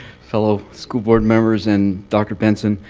fellow school board members and dr. benson,